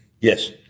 Yes